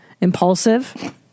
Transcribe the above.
impulsive